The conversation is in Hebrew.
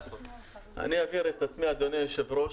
אני אבהיר את עצמי, אדוני היושב-ראש.